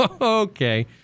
okay